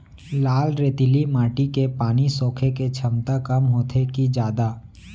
लाल रेतीली माटी के पानी सोखे के क्षमता कम होथे की जादा?